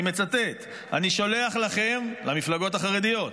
אני מצטט: "אני שולח לכם" למפלגות החרדיות,